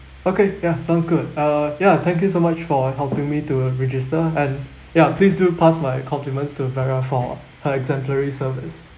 okay ya sounds good uh ya thank you so much for helping me to register and ya please do pass my compliments to vera for her exemplary service